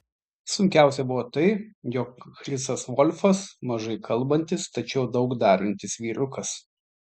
sunkiausia buvo tai jog chrisas volfas mažai kalbantis tačiau daug darantis vyrukas